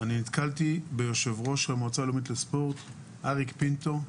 אני נתקלתי ביו"ר המועצה הלאומית לספורט אריק פינטו,